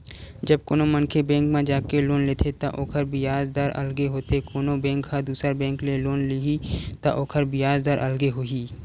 जब कोनो मनखे बेंक म जाके लोन लेथे त ओखर बियाज दर अलगे होथे कोनो बेंक ह दुसर बेंक ले लोन लिही त ओखर बियाज दर अलगे होही